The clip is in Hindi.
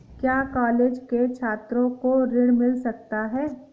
क्या कॉलेज के छात्रो को ऋण मिल सकता है?